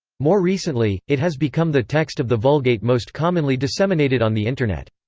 more recently, it has become the text of the vulgate most commonly disseminated on the internet.